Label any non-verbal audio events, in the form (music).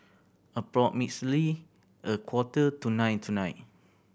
(unintelligible) a quarter to nine tonight